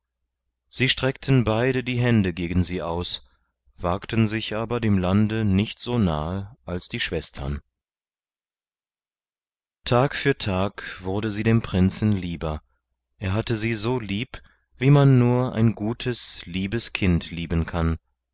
sie streckten beide die hände gegen sie aus wagten sich aber dem lande nicht so nahe als die schwestern tag für tag wurde sie dem prinzen lieber er hatte sie so lieb wie man nur ein gutes liebes kind lieben kann